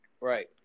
Right